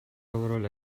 overall